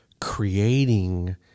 creating